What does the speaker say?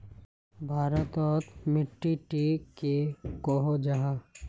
भारत तोत माटित टिक की कोहो जाहा?